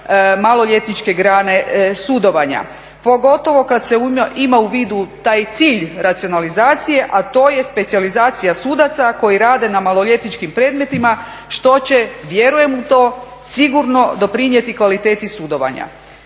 maloljetničke grane sudovanja, pogotovo kada se ima u vidu taj cilj racionalizacije, a to je specijalizacija sudaca koji rade na maloljetničkim predmetima što će vjerujem u to sigurno doprinijeti kvaliteti sudovanja.